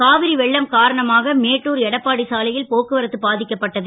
காவிரி வெள்ளம் காரணமாக மேட்டூர் எடப்பாடி சாலை ல் போக்குவரத்து பா க்கப்பட்டது